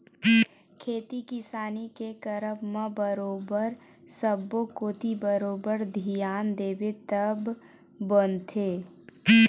खेती किसानी के करब म बरोबर सब्बो कोती बरोबर धियान देबे तब बनथे